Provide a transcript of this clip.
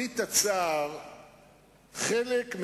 אדוני צודק בהחלט.